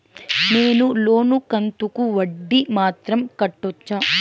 నేను లోను కంతుకు వడ్డీ మాత్రం కట్టొచ్చా?